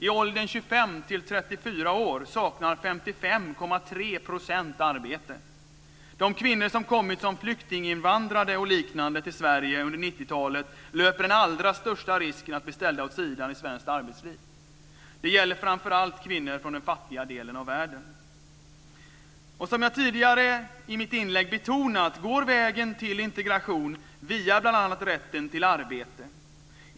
I åldrarna 25-34 år saknar talet löper den allra största risken att bli ställda åt sidan i svenskt arbetsliv. Det gäller framför allt kvinnor från den fattiga delen av världen. Som jag tidigare i mitt inlägg betonat går vägen till integration via bl.a. rätten till arbete.